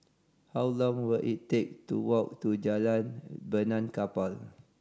how long will it take to walk to Jalan Benaan Kapal